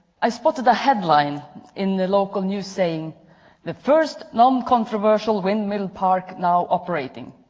i spotted a headline in the local news saying the first noncontroversial windmill park now operating.